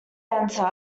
enter